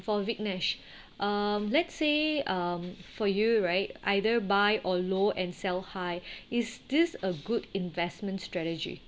for viknesh um let's say um for you right either buy or low and sell high is this a good investment strategy